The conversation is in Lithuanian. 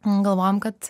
pagalvojom kad